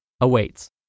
awaits